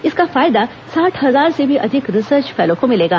इसका फायदा साठ हजार से भी अधिक रिसर्च फेलो को मिलेगा